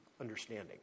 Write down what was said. understanding